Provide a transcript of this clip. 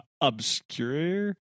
obscure